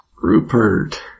Rupert